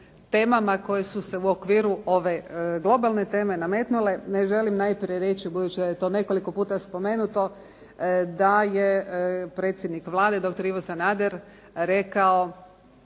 koje su se u okviru ove globalne teme nametnule. Želim najprije reći budući da je to nekoliko puta spomenuto da je predsjednik Vlade doktor Ivo Sanader rekao